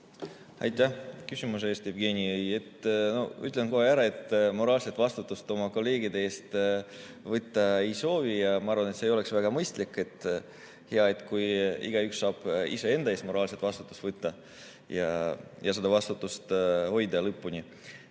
Aitäh küsimuse eest, Jevgeni! Ütlen kohe ära, et moraalset vastutust oma kolleegide ees võtta ei soovi. Ma arvan, et see ei oleks väga mõistlik. Hea, kui igaüks saab iseenda ees moraalset vastutust võtta ja seda vastutust lõpuni